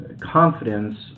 confidence